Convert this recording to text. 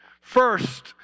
First